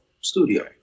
Studio